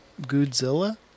Godzilla